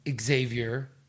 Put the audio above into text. Xavier